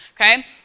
okay